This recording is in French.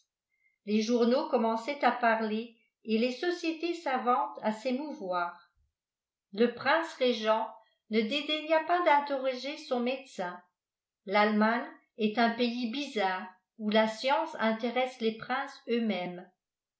les journaux commençaient à parler et les sociétés savantes à s'émouvoir le prince régent ne dédaigna pas d'interroger son médecin l'allemagne est un pays bizarre où la science intéresse les princes eux-mêmes